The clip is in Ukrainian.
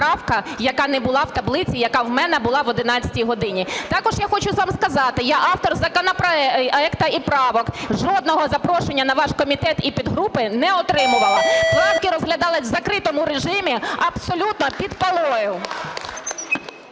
яка не була в таблиці, яка в мене була об 11 годині. Також я хочу вам сказати, я автор законопроекту і правок, жодного запрошення на ваш комітет і підгрупи не отримувала. Правки розглядалися в закритому режимі абсолютно під полою.